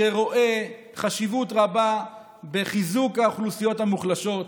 שרואה חשיבות רבה בחיזוק האוכלוסיות המוחלשות,